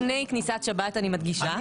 לפני כניסת שבת, אני מדגישה,